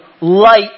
light